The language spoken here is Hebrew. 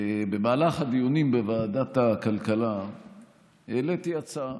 במהלך הדיונים בוועדת הכלכלה העליתי הצעה